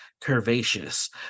curvaceous